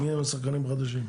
מי הם השחקנים החדשים?